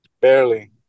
Barely